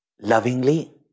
lovingly